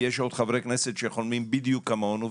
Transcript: יש עוד חברי כנסת שחולמים בדיוק כמונו,